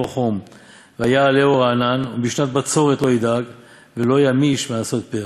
חם והיה עלהו רענן ומשנת בצרת לא ידאג ולא ימיש מעשות פרי'.